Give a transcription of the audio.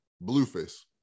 Blueface